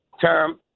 term